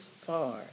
far